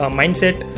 mindset